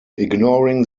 ignoring